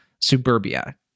suburbia